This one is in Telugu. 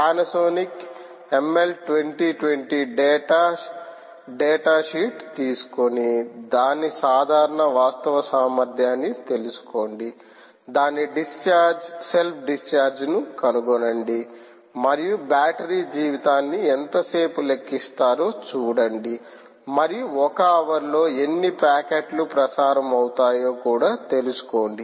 Panasonic M L 20 20 data sheet తీసుకోని దాని సాధారణ వాస్తవ సామర్థ్యాన్ని తెలుసుకోండి దాని డిశ్చార్జ్ సెల్ఫ్ డిశ్చార్జ్ ను కనుగొనండి మరియు బ్యాటరీ జీవితాన్ని ఎంతసేపు లెక్కిస్తారో చూడండి మరియు ఒక హవర్ లో ఎన్ని ప్యాకెట్లు ప్రసారం అవుతాయో కూడా తెలుసుకోండి